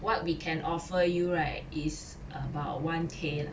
what we can offer you right is about one K lah